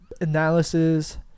analysis